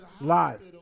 live